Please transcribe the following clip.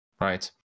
right